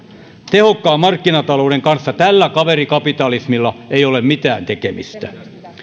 tehokkaan markkinatalouden kanssa tällä kaverikapitalismilla ei ole mitään tekemistä